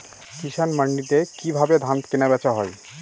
কৃষান মান্ডিতে কি ভাবে ধান কেনাবেচা হয়?